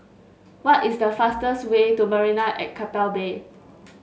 what is the fastest way to Marina at Keppel Bay